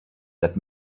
that